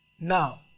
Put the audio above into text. Now